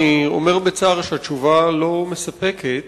אני אומר בצער שהתשובה לא מספקת,